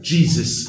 Jesus